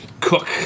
Cook